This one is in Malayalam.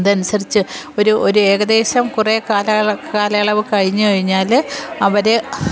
അതനുസരിച്ച് ഒരു ഒരു ഏകദേശം കുറെ കാലയളവ് കാലയളവു കഴിഞ്ഞുകഴിഞ്ഞാൽ അവർ